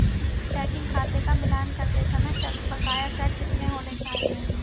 Checking खाते का मिलान करते समय बकाया चेक कितने होने चाहिए?